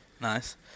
Nice